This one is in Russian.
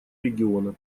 региона